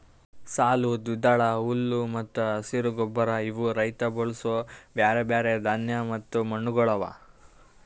ಸಾಲು, ದ್ವಿದಳ, ಹುಲ್ಲು ಮತ್ತ ಹಸಿರು ಗೊಬ್ಬರ ಇವು ರೈತ ಬಳಸೂ ಬ್ಯಾರೆ ಬ್ಯಾರೆ ಧಾನ್ಯ ಮತ್ತ ಮಣ್ಣಗೊಳ್ ಅವಾ